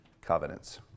covenants